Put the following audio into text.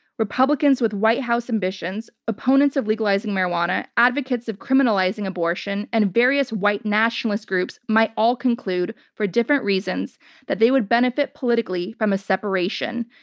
republicans with white house ambitions, opponents of legalizing marijuana, advocates of criminalizing abortion, and various white nationalist groups might all conclude for different reasons that they would benefit politically from a separation,